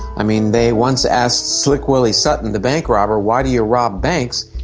i mean, they once asked slick willie sutton the bank robber, why do you rob banks?